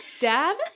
dad